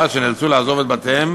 שנאלצו לעזוב את בתיהם